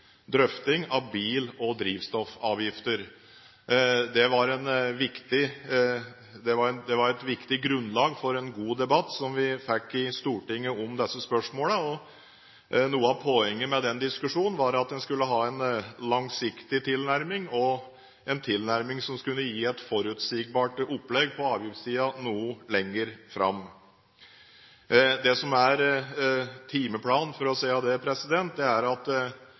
drøfting av bil- og drivstoffavgifter. Det var et viktig grunnlag for en god debatt, som vi fikk i Stortinget om disse spørsmålene. Noe av poenget med den diskusjonen var at en skulle ha en langsiktig tilnærming, en tilnærming som skulle gi et forutsigbart opplegg på avgiftssiden noe lenger fram i tid. Det som er timeplanen, for å si det, er at